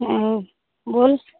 हँ बोल